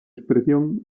expresión